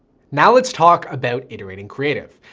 now let's talk about iterating creative.